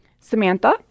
Samantha